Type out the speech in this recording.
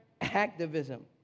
activism